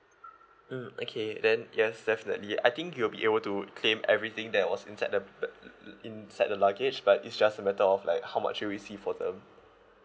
mm okay then yes definitely I think you'll be able to claim everything that was inside the b~ inside the luggage but it's just a matter of like how much you'll receive for them